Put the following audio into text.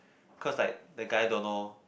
cause like the guy don't know